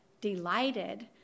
delighted